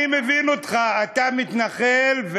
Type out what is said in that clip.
אני מבין אותך: אתה מתנחל,